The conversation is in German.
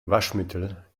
waschmittel